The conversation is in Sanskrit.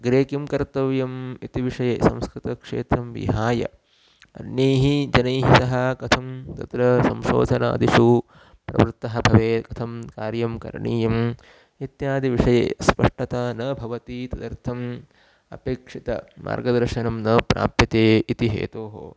गृहे किं कर्तव्यम् इति विषये संस्कृतक्षेत्रं विहाय अन्यैः जनैः सह कथं तत्र संशोधनादिषु प्रवृत्तः भवेत् कथं कार्यं करणीयम् इत्यादि विषये स्पष्टता न भवति तदर्थम् अपेक्षितमार्गदर्शनं न प्राप्यते इति हेतोः